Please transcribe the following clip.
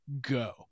go